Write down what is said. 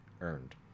earned